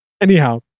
Anyhow